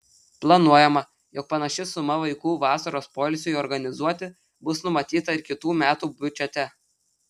planuojama jog panaši suma vaikų vasaros poilsiui organizuoti bus numatyta ir kitų metų biudžete